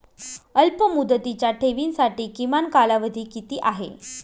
अल्पमुदतीच्या ठेवींसाठी किमान कालावधी किती आहे?